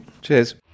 Cheers